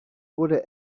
wurde